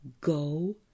Go